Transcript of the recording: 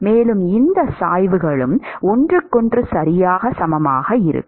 மேலும் இந்த 2 சாய்வுகளும் ஒன்றுக்கொன்று சரியாக சமமாக இருக்கும்